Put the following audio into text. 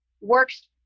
works